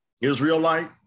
Israelite